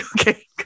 okay